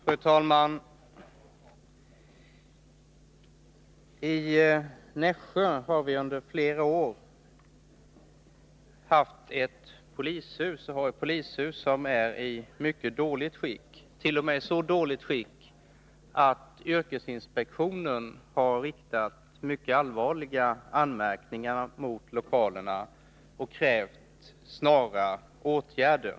Fru talman! I Nässjö har vi sedan flera år ett polishus som är i mycket dåligt skick, t.o.m. i så dåligt skick att yrkesinspektionen har riktat mycket allvarliga anmärkningar mot lokalerna och krävt snara åtgärder.